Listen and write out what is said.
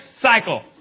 cycle